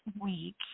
week